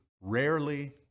rarely